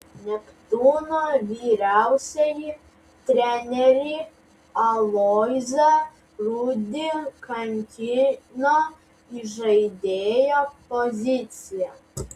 neptūno vyriausiąjį trenerį aloyzą rudį kankino įžaidėjo pozicija